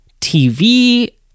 TV